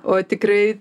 o tikrai